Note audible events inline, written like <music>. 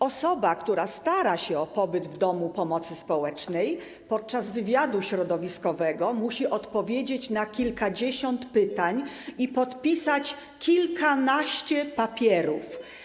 Osoba, która stara się o pobyt w domu pomocy społecznej, podczas wywiadu środowiskowego musi odpowiedzieć na kilkadziesiąt pytań <noise> i podpisać kilkanaście papierów.